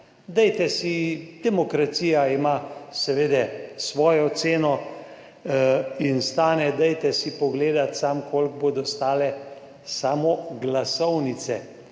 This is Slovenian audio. Dajte si, demokracija ima seveda svojo ceno in stane, dajte si pogledati samo koliko bodo stale samo glasovnice